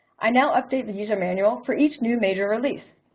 i now update the user manual for each new major release.